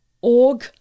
org